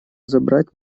забрать